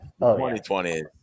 2020